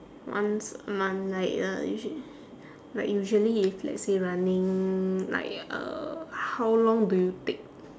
once a month like uh usually like usually if let's say running like uh how long do you take